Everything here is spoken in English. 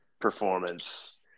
performance